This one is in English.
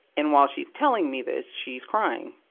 and while she's telling me this, she's crying.